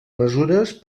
mesures